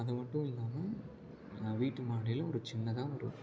அது மட்டும் இல்லாமல் நான் வீட்டு மாடியில் ஒரு சின்னதாக ஒரு